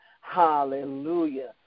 Hallelujah